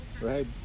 right